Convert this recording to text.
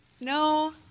No